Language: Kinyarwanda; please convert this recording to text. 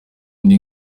indi